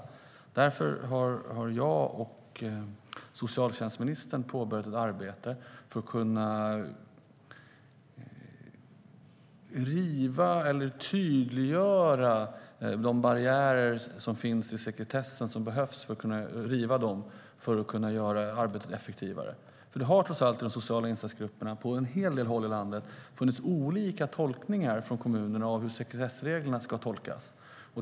För att kunna göra arbetet effektivare har jag och socialtjänstministern påbörjat ett arbete för att kunna riva de barriärer som finns i sekretessen. Kommunerna har, trots allt, på en hel del håll i landet gjort olika tolkningar av sekretessreglerna när det gäller de sociala insatsgrupperna.